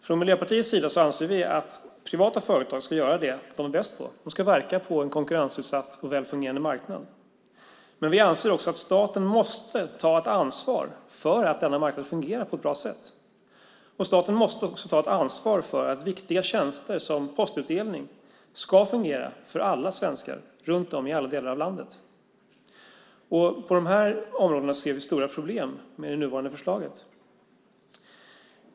Från Miljöpartiets sida anser vi att privata företag ska göra det de är bäst på. De ska verka på en konkurrensutsatt och väl fungerande marknad. Men vi anser också att staten måste ta ett ansvar för att denna marknad fungerar på ett bra sätt. Staten måste också ta ett ansvar för att viktiga tjänster, som postutdelning, ska fungera för alla svenskar i alla delar av landet. På dessa områden ser vi stora problem med det nuvarande förslaget.